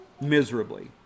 miserably